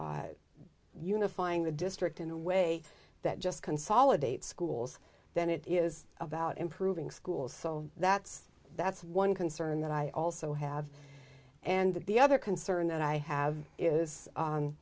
unifying the district in a way that just consolidate schools than it is about improving schools so that's that's one concern that i also have and the other concern that i have is